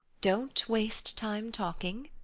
don't waste time talking.